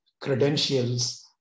credentials